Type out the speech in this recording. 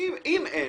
אם אין,